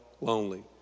lonely